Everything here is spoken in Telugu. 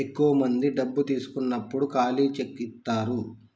ఎక్కువ మంది డబ్బు తీసుకున్నప్పుడు ఖాళీ చెక్ ఇత్తారు